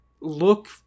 Look